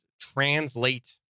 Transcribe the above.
translate